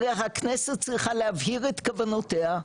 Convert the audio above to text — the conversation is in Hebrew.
הכנסת צריכה להבהיר את כוונותיה,